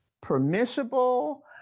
permissible